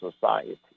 society